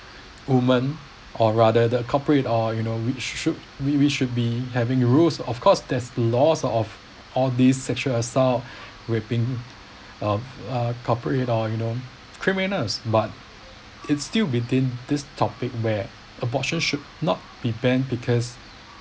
women or rather the culprit or you know which should we we should be having rules of course there's a lots of all these sexual assault raping uh culprit uh you know criminals but it still within this topic where abortion should not be banned because